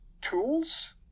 tools